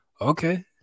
okay